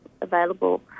available